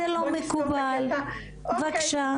אוקי,